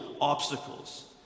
obstacles